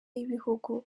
y’ibihugu